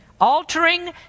altering